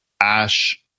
ash